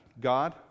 God